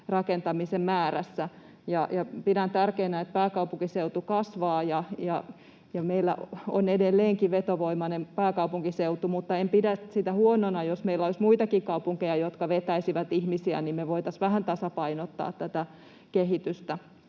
rakentamisen määrän kanssa. Pidän tärkeänä, että pääkaupunkiseutu kasvaa, ja meillä on edelleenkin vetovoimainen pääkaupunkiseutu, mutta en pidä sitä huonona, jos meillä olisi muitakin kaupunkeja, jotka vetäisivät ihmisiä, niin että me voitaisiin vähän tasapainottaa tätä kehitystä.